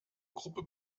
gruppe